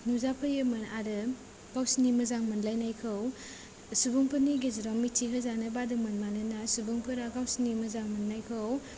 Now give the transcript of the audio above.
नुजाफैयोमोन आरो गावसोरनि मोजां मोनलायनायखौ सुबुंफोरनि गेजेराव मिथिहोजानो बादोंमोन मानोना सुबंफोरा गावसोरनि मोजां मोननायखौ